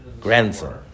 grandson